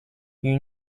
you